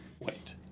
Wait